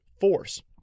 force